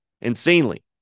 insanely